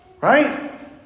right